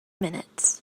minutes